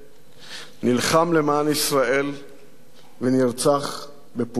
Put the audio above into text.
נלחם למען ישראל ונרצח בפעולת טרור.